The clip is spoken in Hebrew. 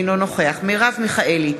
אינו נוכח מרב מיכאלי,